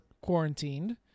quarantined